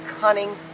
cunning